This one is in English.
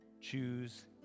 Choose